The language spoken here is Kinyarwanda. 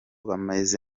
bameze